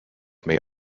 may